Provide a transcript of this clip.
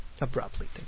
Abruptly